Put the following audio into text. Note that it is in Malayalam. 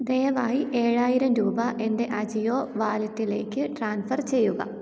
ദയവായി ഏഴായിരം രൂപ എൻ്റെ അജിയോ വാലറ്റിലേക്ക് ട്രാൻസ്ഫർ ചെയ്യുക